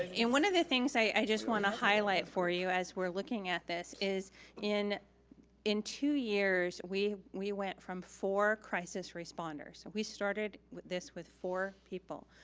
and one of the things i just wanna highlight for you as we're looking at this is in in two years, we we went from four crisis responders. so we started with this with four people.